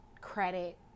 credit